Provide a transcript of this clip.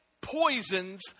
poisons